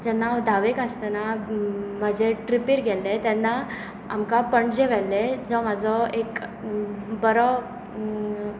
जेन्ना हांव धावेक आसतना म्हजे ट्रिपीर गेल्लें तेन्ना आमकां पणजे व्हेल्ले जो म्हजो एक बरो